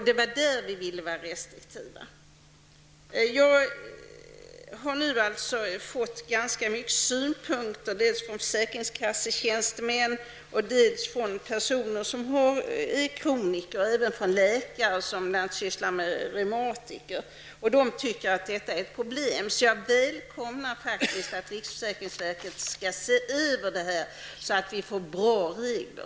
Det var på den punkten vi ville vara restriktiva. Jag har nu fått ganska många synpunkter på detta, dels från försäkringskassetjänstemän, dels från personer som är kroniker, dels från läkare som bl.a. sysslar med reumatiker. De menar att detta är ett problem. Jag välkomnar därför att socialministern skall låta riksförsäkringsverket se över frågan så att vi får bra regler.